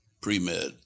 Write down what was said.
pre-med